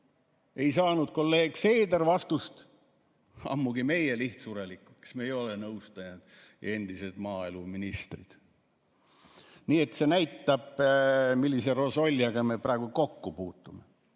Ei saanud kolleeg Seeder vastust, ammugi meie, lihtsurelikud, kes me ei ole nõustajad või endised maaeluministrid. Nii et see näitab, millise rosoljega me praegu kokku puutume. Jah,